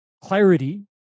clarity